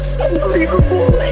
unbelievable